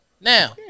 now